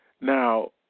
Now